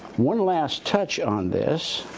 one last touch on this,